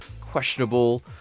questionable